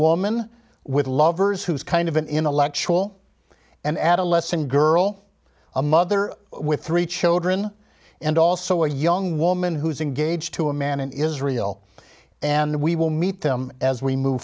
woman with lovers who's kind of an intellectual and adolescent girl a mother with three children and also a young woman who is engaged to a man in israel and we will meet them as we move